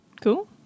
Cool